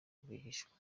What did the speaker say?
rwihishwa